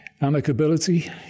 Amicability